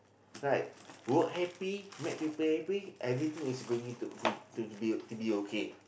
right work happy make people happy everything is going to be to be to be okay